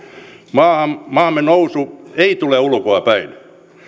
maamme nousu ei tule ulkoa päin